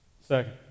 Second